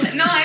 no